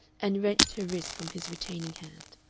and wrenched her wrist from his retaining hand.